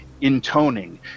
intoning